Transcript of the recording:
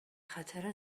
خاطر